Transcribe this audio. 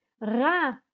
Ra